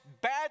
bad